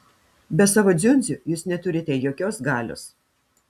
be savo dziundzių jūs neturite jokios galios